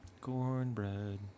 cornbread